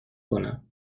کنم